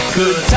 good